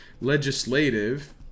Legislative